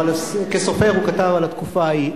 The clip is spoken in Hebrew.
אבל כסופר הוא כתב על התקופה ההיא.